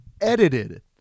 edited